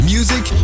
Music